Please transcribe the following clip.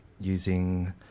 using